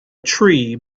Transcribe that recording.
tree